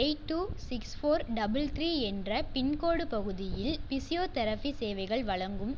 eight two six four double three என்ற pin code பகுதியில் physiotherapy சேவைகள் வழங்கும்